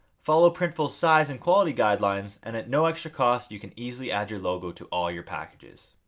follow printful's size and quality guidelines, and at no extra cost you can easily add your logo to all your packages.